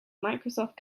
microsoft